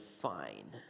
fine